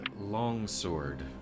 longsword